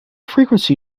frequency